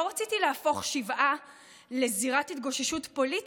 לא רציתי להפוך שבעה לזירת התגוששות פוליטית,